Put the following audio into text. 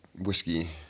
Whiskey